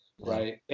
right